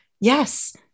Yes